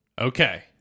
Okay